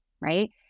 right